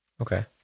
okay